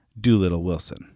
Doolittle-Wilson